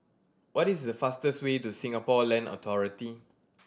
what is the fastest way to Singapore Land Authority